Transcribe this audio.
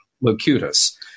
Locutus